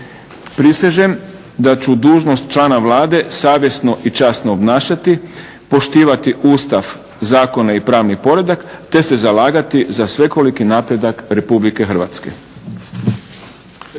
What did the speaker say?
"Prisežem da ću dužnost člana Vlade savjesno i časno obnašati, poštivati Ustav, zakone i pravni poredak, te se zalagati za svekoliki napredak RH".